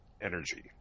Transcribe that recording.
energy